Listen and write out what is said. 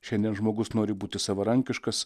šiandien žmogus nori būti savarankiškas